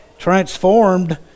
transformed